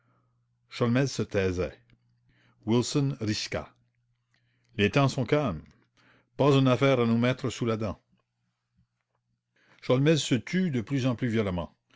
sholmès se taisait wilson risqua les temps sont calmes pas une affaire à nous mettre sous la dent sholmès se tut de plus en plus violemment